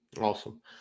Awesome